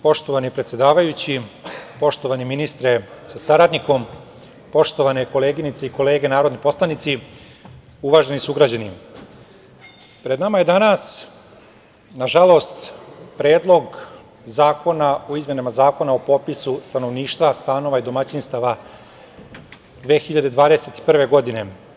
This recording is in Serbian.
Poštovani predsedavajući, poštovani ministre sa saradnikom, poštovane koleginice i kolege narodni poslanici, uvaženi sugrađani, pred nama je danas, nažalost, Predlog zakona o izmenama Zakona o popisu stanovništva, stanova i domaćinstava 2021. godine.